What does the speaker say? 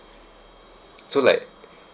so like